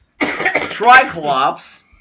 Triclops